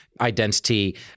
identity